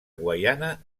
guaiana